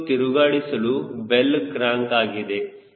ಇದು ತಿರುಗಾಡಿಸುವ bell crank ಆಗಿದೆ